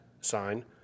sign